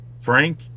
Frank